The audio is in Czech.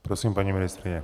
Prosím, paní ministryně.